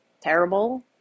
terrible